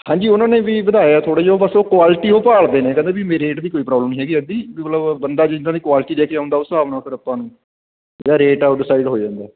ਹਾਂਜੀ ਉਹਨਾਂ ਨੇ ਵੀ ਵਧਾਇਆ ਥੋੜ੍ਹਾ ਜਿਹਾ ਉਹ ਬਸ ਉਹ ਕੁਆਲਿਟੀ ਉਹ ਭਾਲਦੇ ਨੇ ਕਹਿੰਦੇ ਵੀ ਰੇਟ ਦੀ ਕੋਈ ਪ੍ਰੋਬਲਬ ਨਹੀਂ ਹੈਗੀ ਐਦੀ ਵੀ ਮਤਲਬ ਬੰਦਾ ਜਿੱਦਾਂ ਦੀ ਕੁਆਲਟੀ ਲੈ ਕੇ ਆਉਂਦਾ ਉਸ ਹਿਸਾਬ ਨਾਲ ਫਿਰ ਆਪਾਂ ਨੂੰ ਉਹਦਾ ਰੇਟ ਹੈ ਉਹ ਡਿਸਾਈਡ ਹੋ ਜਾਂਦਾ